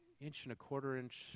inch-and-a-quarter-inch